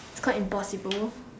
it's quite impossible